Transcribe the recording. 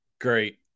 great